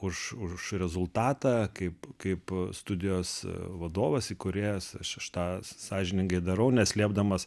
už už rezultatą kaip kaip studijos vadovas įkūrėjas aš tą sąžiningai darau neslėpdamas